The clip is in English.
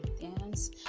dance